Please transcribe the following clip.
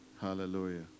Hallelujah